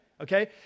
Okay